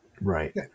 Right